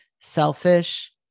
selfish